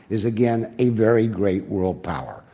is again a very great world power,